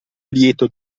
lieto